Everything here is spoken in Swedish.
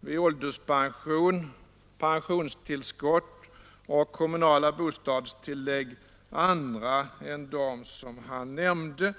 med ålderspension, pensionstillskott och kommunala bostadstillägg andra än de som han nämnde.